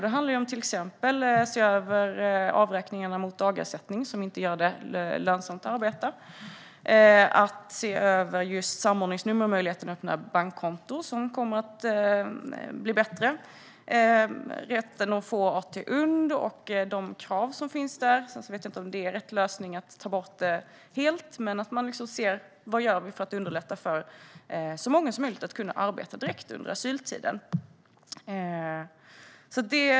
Det handlar exempelvis om att se över avräkningarna mot dagersättningen, som gör att det inte är lönsamt att arbeta. Vi ska även se över samordningsnumren för att möjligheterna att öppna bankkonto ska bli bättre. Vi ser över rätten att få AT-UND och de krav som finns för detta. Jag vet dock inte om rätt lösning är att helt ta bort det, men vi måste se hur vi kan underlätta för så många som möjligt att kunna arbeta direkt under asyltiden.